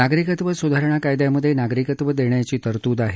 नागरिकत्व सुधारणा कायद्यामधे नागरिकत्व देण्याची तरतूद आहे